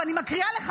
ואני מקריאה לך,